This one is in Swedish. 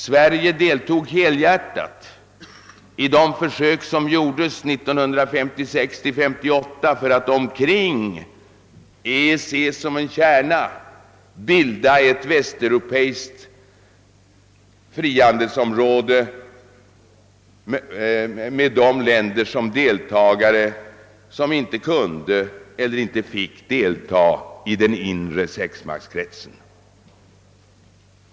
Sverige deltog helhjärtat i de försök som gjordes 1956—1958 för att omkring EEC som en kärna bilda ett västeuropeiskt frihandelsområde med de länder som deltagare, som inte kunde eller fick delta i den inre sexmaktskretsen.